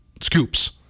scoops